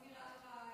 אני מזכירה לך,